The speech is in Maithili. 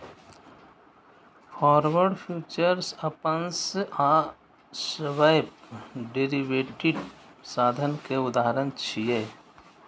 फॉरवर्ड, फ्यूचर्स, आप्शंस आ स्वैप डेरिवेटिव साधन के उदाहरण छियै